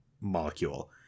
molecule